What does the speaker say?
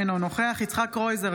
אינו נוכח יצחק קרויזר,